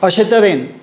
अशे तरेन